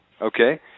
okay